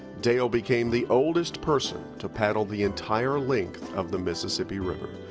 dale became the oldest person to paddle the entire length of the mississippi river.